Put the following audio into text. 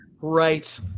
right